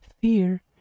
Fear